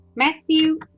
Matthew